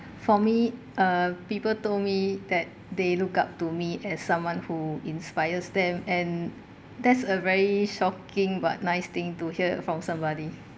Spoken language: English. for me uh people told me that they look up to me as someone who inspires them and that's a very shocking but nice thing to hear from somebody